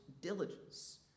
diligence